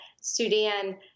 Sudan